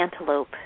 antelope